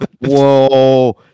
Whoa